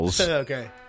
Okay